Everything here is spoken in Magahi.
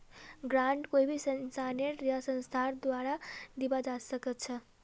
ग्रांट कोई भी इंसानेर या संस्थार द्वारे दीबा स ख छ